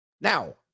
Now